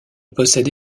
possède